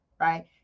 right